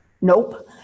nope